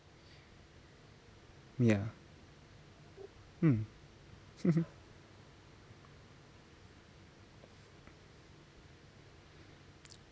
ya mm